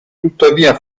tuttavia